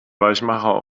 weichmacher